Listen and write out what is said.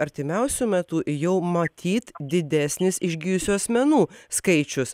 artimiausiu metu jau matyt didesnis išgijusių asmenų skaičius